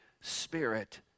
Spirit